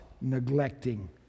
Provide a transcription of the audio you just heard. neglecting